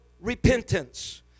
repentance